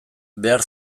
behar